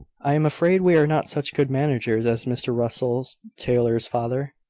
i am afraid we are not such good managers as mr russell taylor's father,